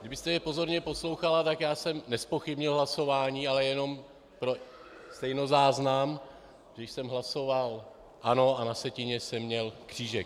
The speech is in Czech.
Kdybyste mě pozorně poslouchala, tak já jsem nezpochybnil hlasování, ale jenom pro stejnozáznam, když jsem hlasoval ano, a na sjetině jsem měl křížek.